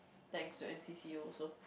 thanks to N_C_C also